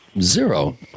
Zero